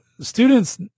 students